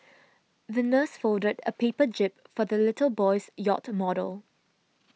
the nurse folded a paper jib for the little boy's yacht model